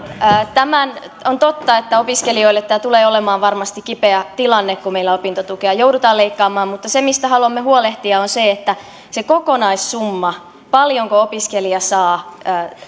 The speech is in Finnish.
on totta että opiskelijoille tämä tulee olemaan varmasti kipeä tilanne kun meillä opintotukea joudutaan leikkaamaan mutta se mistä haluamme huolehtia on se että se kokonaissumma paljonko opiskelija saa